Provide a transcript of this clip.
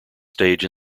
stage